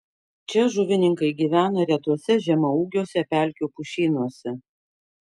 čia žuvininkai gyvena retuose žemaūgiuose pelkių pušynuose